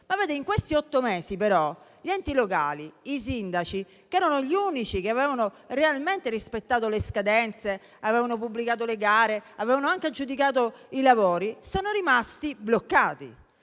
In questi otto mesi, però, gli enti locali e i sindaci, che erano gli unici che avevano realmente rispettato le scadenze, avevano pubblicato le gare e avevano anche aggiudicato i lavori, sono rimasti bloccati